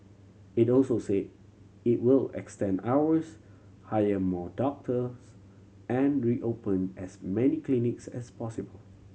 it also say it will extend hours hire more doctors and reopen as many clinics as possible